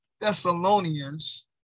Thessalonians